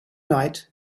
night